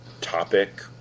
topic